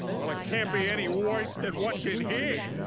well, i can't be any worse than what's in here.